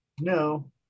no